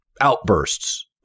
outbursts